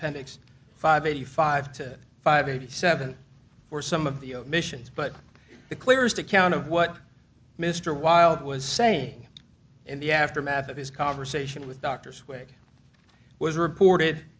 appendix five eighty five to five eighty seven for some of the omissions but the clearest account of what mr wilde was saying in the aftermath of his conversation with dr sway was reported